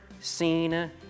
seen